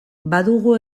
badugu